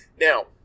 Now